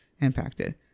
impacted